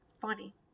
funny